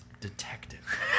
detective